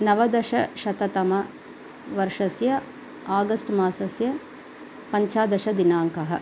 नवदशशततम वर्षस्य आगस्ट् मासस्य पञ्चदशदिनाङ्कः